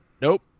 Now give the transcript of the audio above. Nope